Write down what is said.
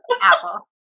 Apple